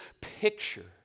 picture